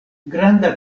granda